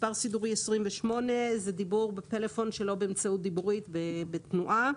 מספר סידורי 28 זה דיבור בטלפון שלא באמצעות דיבורית בתנועה.